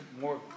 more